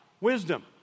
wisdom